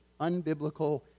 unbiblical